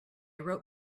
wrote